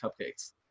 cupcakes